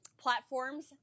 platforms